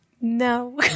no